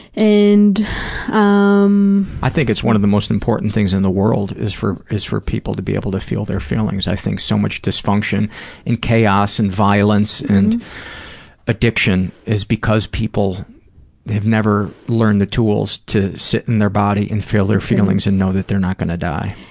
um i think it's one of the most important things in the world, is for is for people to be able to feel their feelings. i think so much dysfunction and chaos and violence and addiction is because people have never learned the tools to sit in their body and feel their feelings and know that they're not going to die.